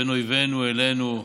בין אויבינו אלינו.